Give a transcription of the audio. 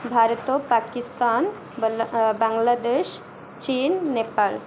ଭାରତ ପାକିସ୍ତାନ ବାଲା ବାଂଲାଦେଶ ଚୀନ ନେପାଳ